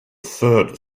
third